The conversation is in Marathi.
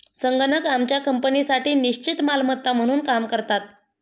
संगणक आमच्या कंपनीसाठी निश्चित मालमत्ता म्हणून काम करतात